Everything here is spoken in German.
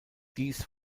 dies